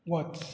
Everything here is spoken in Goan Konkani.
वच